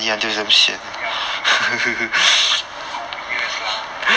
eh siao eh still got two years lah